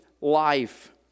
life